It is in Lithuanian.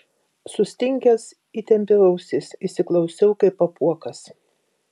sustingęs įtempiau ausis įsiklausiau kaip apuokas